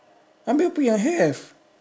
abeh apa yang have